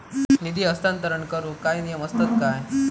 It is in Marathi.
निधी हस्तांतरण करूक काय नियम असतत काय?